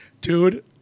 Dude